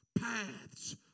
paths